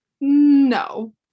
No